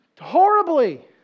horribly